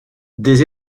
des